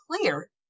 clear